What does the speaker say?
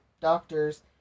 doctors